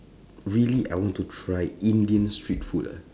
really I want to try indian street food ah